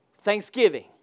Thanksgiving